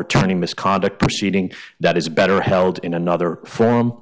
attorney misconduct proceeding that is better held in another firm